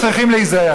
הם צריכים להיזהר.